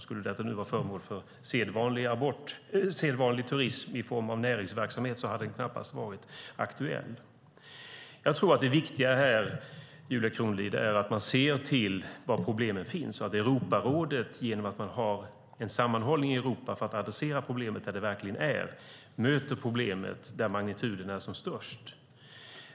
Skulle detta nu vara föremål för sedvanlig turism i form av näringsverksamhet hade det knappast varit aktuellt. Jag tror det viktiga här, Julia Kronlid, är att man ser till var problemen finns och att Europarådet genom att ha en sammanhållning i Europa för att adressera problemet där det verkligen är möter problemet där magnituderna är som störst.